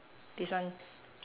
this one